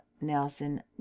Nelson